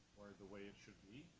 or the way it should be,